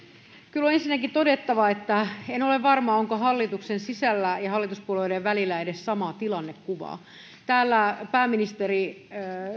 kyllä on ensinnäkin todettava että en ole varma onko hallituksen sisällä ja hallituspuolueiden välillä edes samaa tilannekuvaa täällä pääministeri